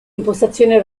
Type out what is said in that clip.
impostazione